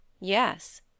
Yes